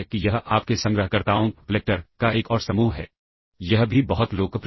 तो PC उच्चऔर PC कम